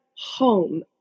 home